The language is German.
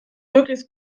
möglichst